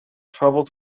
travel